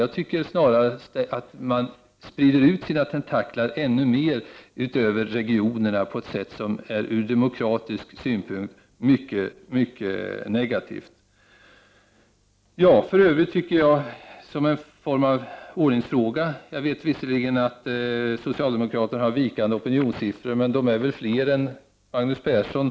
Jag tycker snarare att det innebär att man sprider ut sina tentakler ännu mera utöver regionerna, på ett sätt som är mycket negativt från demokratisk synpunkt. För övrigt vill jag ta upp en ordningsfråga. Jag vet visserligen att socialdemokraterna har vikande opinionssiffror, men de är väl fler än Magnus Persson.